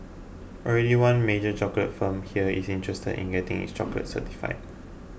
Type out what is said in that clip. already one major chocolate firm here is interested in getting its chocolates certified